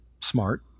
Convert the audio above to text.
smart